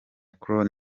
claude